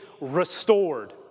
restored